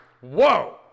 Whoa